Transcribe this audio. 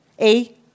A-